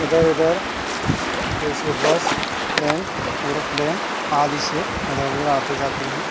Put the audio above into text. इधर उधर जैसे बस ट्रेन एरोप्लेन आदि से इधर उधर आते जाते हैं